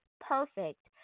perfect